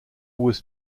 was